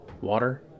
Water